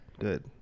good